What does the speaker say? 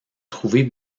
trouver